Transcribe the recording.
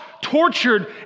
tortured